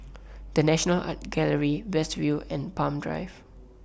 The National Art Gallery West View and Palm Drive